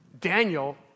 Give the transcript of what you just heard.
Daniel